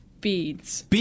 beads